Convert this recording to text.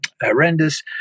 horrendous